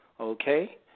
okay